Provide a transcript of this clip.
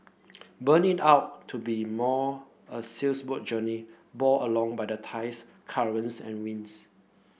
but need out to be more a sails boat journey borne along by the tides currents and winds